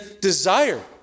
desire